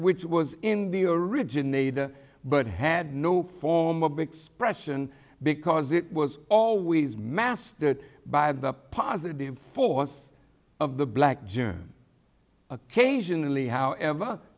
which was in the originator but had no form of expression because it was always mastered by the positive force of the black germ occasionally however